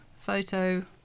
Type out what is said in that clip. photo